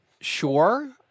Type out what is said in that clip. Sure